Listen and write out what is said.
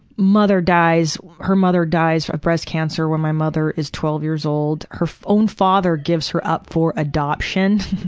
mother dies, her mother dies of breast cancer when my mother is twelve years old. her own father gives her up for adoption